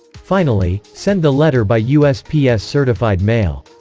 finally, send the letter by usps certified mail.